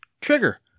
Trigger